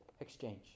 exchange